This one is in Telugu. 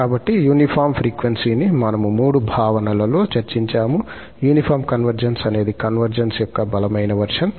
కాబట్టి యూనిఫార్మ్ కన్వర్జెన్స్ ని మనము మూడు భావనలలో చర్చించాము యూనిఫార్మ్ కన్వర్జెన్స్ అనేది కన్వర్జెన్స్ యొక్క బలమైన వర్షన్